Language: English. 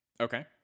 Okay